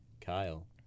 Kyle